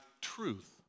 truth